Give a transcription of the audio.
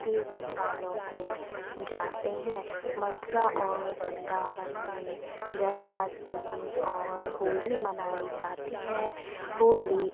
तीर्थ स्थालों को जाते हैं मथुरा और वृंदावन में जन्माष्टमी और होली माने जाती है होली